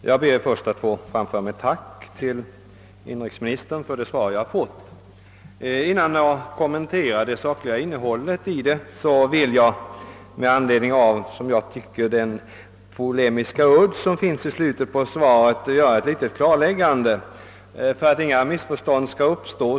Herr talman! Jag ber att få framföra ett tack till inrikesministern för svaret. Innan jag kommenterar det sakliga innehållet vill jag, med anledning av den polemiska udd som jag tycker finns i slutet på svaret, göra ett klarläggande för att inga missförstånd skall uppstå.